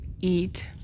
eat